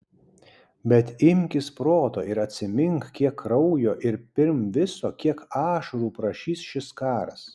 bet imkis proto ir atsimink kiek kraujo ir pirm viso kiek ašarų prašys šis karas